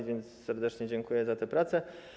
A więc serdecznie dziękuję za tę pracę.